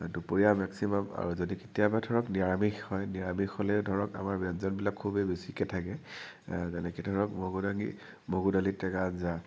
দুপৰীয়া মেক্সিমাম আৰু যদি কেতিয়াবা ধৰক নিৰামিষ হয় নিৰামিষ হ'লে ধৰক আমাৰ ব্যঞ্জনবিলাক খুবেই বেছিকৈ থাকে যেনেকৈ ধৰক মগু দালি মগু দালি টেঙা আঞ্জা